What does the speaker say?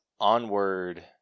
Onward